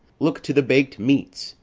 look to the bak'd meats,